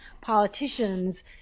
politicians